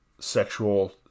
sexual